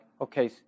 okay